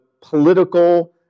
political